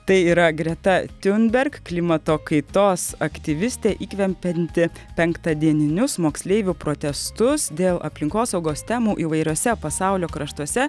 tai yra greta tiunberg klimato kaitos aktyvistė įkvepianti penktadieninius moksleivių protestus dėl aplinkosaugos temų įvairiuose pasaulio kraštuose